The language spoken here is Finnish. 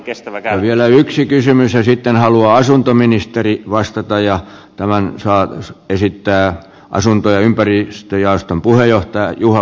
ja vielä yksi kysymys ja sitten haluaa asuntoministeri vastata ja tämän saa esittää asunto ja ympäristöjaoston puheenjohtaja juha väätäinen